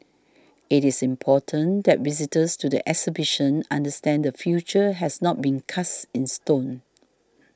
it is important that visitors to the exhibition understand the future has not been cast in stone